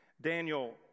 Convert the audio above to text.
Daniel